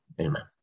Amen